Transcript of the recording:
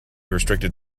restricted